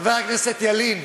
חבר הכנסת ילין,